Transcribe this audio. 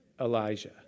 Elijah